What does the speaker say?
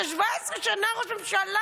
אתה 17 שנה ראש ממשלה.